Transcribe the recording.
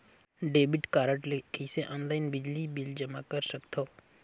Debit card ले कइसे online बिजली बिल जमा कर सकथव?